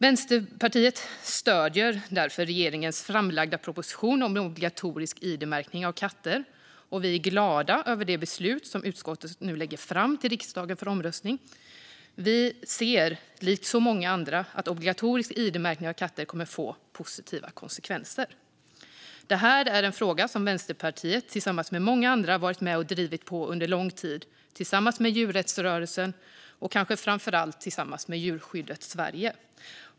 Vänsterpartiet stöder därför regeringens framlagda proposition om obligatorisk id-märkning av katter, och vi är glada över det beslut som utskottet nu lägger fram för riksdagen för omröstning. Likt många andra ser vi att obligatorisk id-märkning av katter kommer att få positiva konsekvenser. Detta är en fråga som Vänsterpartiet har varit med och drivit under lång tid tillsammans med djurrättsrörelsen och kanske framför allt tillsammans med Djurskyddet Sverige.